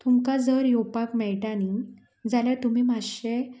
तुमकां जर येवपाक मेळटा न्ही जाल्यार तुमी माश्शे